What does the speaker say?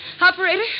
Operator